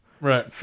Right